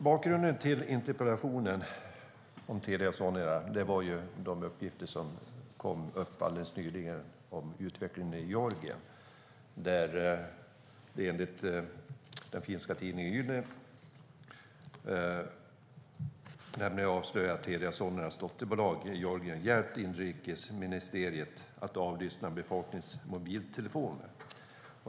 Bakgrunden till interpellationen om Telia Sonera var de uppgifter som kom alldeles nyligen om utvecklingen i Georgien. Enligt finska Yle har det nu avslöjats att Telia Soneras dotterbolag i Georgien hjälpt inrikesministeriet att avlyssna befolkningens mobiltelefoner.